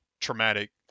traumatic